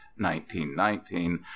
1919